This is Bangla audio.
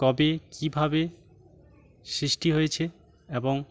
কবে কীভাবে সৃষ্টি হয়েছে এবং